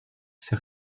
ces